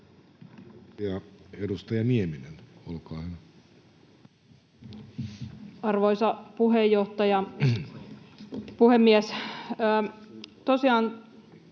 Edustaja Hänninen, olkaa hyvä. Arvoisa rouva puhemies!